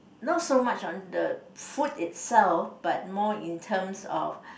not so much on the food itself but more in terms of